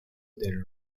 del